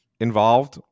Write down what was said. involved